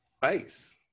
face